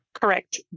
correct